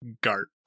GART